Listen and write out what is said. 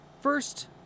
First